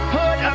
put